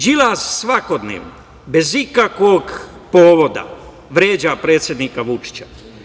Đilas svakodnevno, bez ikakvog povoda, vređa predsednika Vučića.